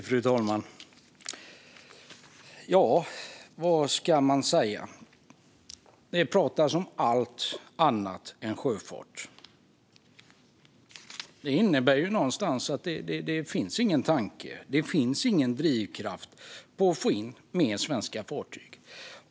Fru talman! Vad ska man säga? Det pratas om allt annat än sjöfart. Det innebär någonstans att det inte finns någon tanke och att det inte finns någon drivkraft för att få in mer svenska fartyg.